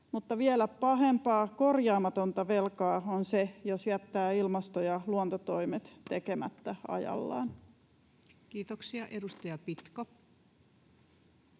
vielä pahempaa, korjaamatonta velkaa on se, jos jättää ilmasto- ja luontotoimet tekemättä ajallaan. [Speech 176]